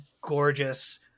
gorgeous